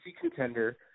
contender